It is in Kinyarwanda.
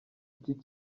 iki